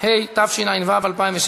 אין נמנעים.